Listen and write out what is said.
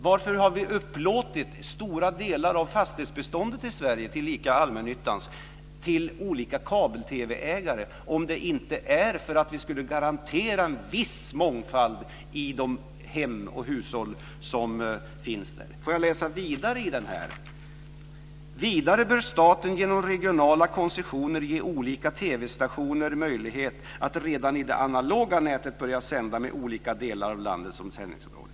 Varför har vi upplåtit stora delar av fastighetsbeståndet i Sverige, tillika allmännyttans, till olika kabel-TV-ägare, om det inte är för att vi skulle garantera en viss mångfald i de hushåll som finns där? Låt mig läsa vidare ur reservationen: "Vidare bör staten genom regionala koncessioner ge olika TV-stationer möjlighet att, redan i det analoga nätet, börja sända med olika delar av landet som sändningsområden."